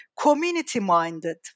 community-minded